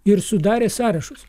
ir sudarė sąrašus